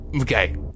Okay